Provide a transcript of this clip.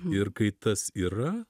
ir kai tas yra